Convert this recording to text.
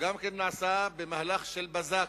שגם כן נעשה במהלך של בזק,